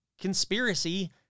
conspiracy